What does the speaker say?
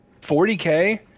40k